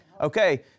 Okay